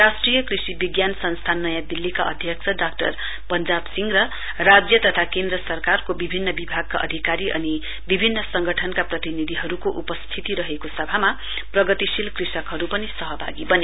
राष्ट्रिय कृषि विज्ञान संस्थान नयाँ दिल्लीका अध्यक्ष डाक्टर पञ्जाव सिंह र राज्य तथा केन्द्र सरकारको विभिन्न विभागका अधिकारी अनि विभिन्न संगठनका प्रतिनिधिहरूको उपस्थिती रहेको सभामा प्रगतिशील कृषकहरू पनि सहभागी बने